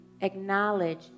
acknowledge